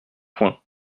point